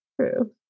True